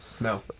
no